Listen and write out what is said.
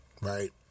right